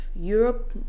Europe